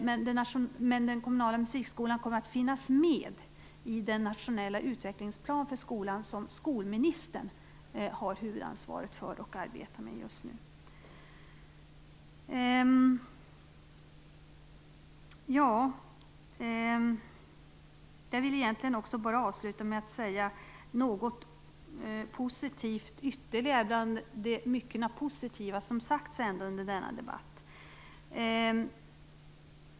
Men den kommunala musikskolan kommer att finnas med i den nationella utvecklingsplan för skolan som skolministern har huvudansvaret för och arbetar med just nu. Jag vill avsluta med att säga ytterligare någonting positivt bland det myckna positiva som ändå sagts under denna debatt.